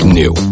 new